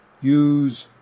use